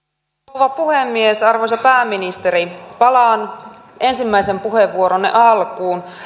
rouva puhemies arvoisa pääministeri palaan ensimmäisen puheenvuoronne alkuun